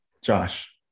Josh